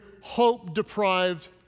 hope-deprived